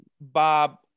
Bob